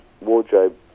wardrobe